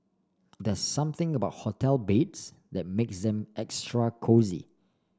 there's something about hotel beds that makes them extra cosy